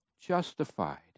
justified